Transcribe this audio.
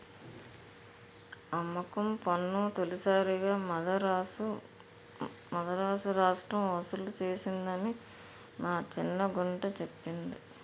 అమ్మకం పన్ను తొలిసారిగా మదరాసు రాష్ట్రం ఒసూలు సేసిందని మా సిన్న గుంట సెప్పింది